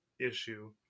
issue